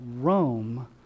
Rome